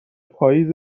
پائیز